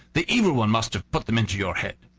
the evil one must have put them into your head.